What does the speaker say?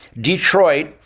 detroit